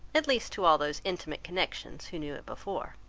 at least to all those intimate connections who knew it before.